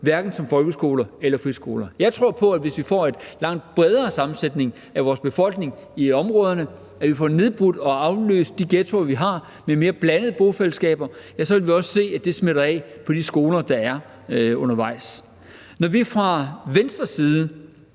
hverken folkeskolerne eller friskolerne. Jeg tror på, at vi, hvis vi får en langt bredere sammensætning af vores befolkning i områderne, får nedbrudt og afløst de ghettoer, vi har, med mere blandede bofællesskaber, også undervejs vil se, at det smitter af på de skoler, der er. Når vi fra Venstres side